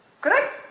Correct